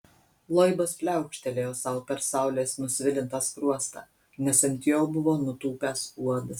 loibas pliaukštelėjo sau per saulės nusvilintą skruostą nes ant jo buvo nutūpęs uodas